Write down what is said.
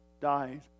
died